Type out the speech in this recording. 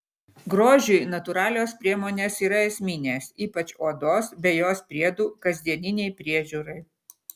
grožiui natūralios priemonės yra esminės ypač odos bei jos priedų kasdieninei priežiūrai